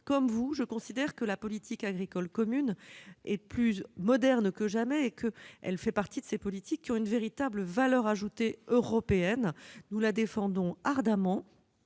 comme vous, je considère que la politique agricole commune est plus moderne que jamais et qu'elle fait partie de ces politiques ayant une véritable valeur ajoutée européenne. Nous la défendons ardemment